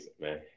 man